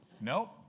Nope